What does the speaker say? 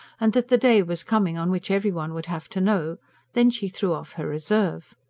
and that the day was coming on which every one would have to know then she threw off her reserve.